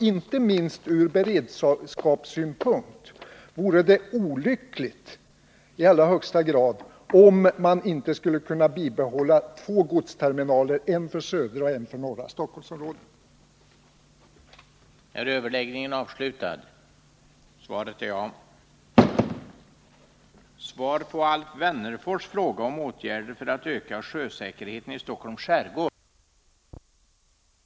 Inte minst ur beredskapssynpunkt vore det i allra högsta grad olyckligt om man inte skulle kunna bibehålla två godsterminaler, en för södra och en för norra Stockholmsområdet.